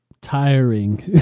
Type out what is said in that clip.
tiring